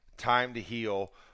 time-to-heal